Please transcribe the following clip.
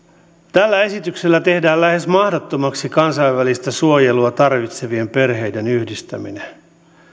tällä esityksellä tehdään lähes mahdottomaksi kansainvälistä suojelua tarvitsevien perheiden yhdistäminen